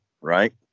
right